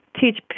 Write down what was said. teach